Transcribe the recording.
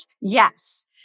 Yes